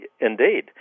Indeed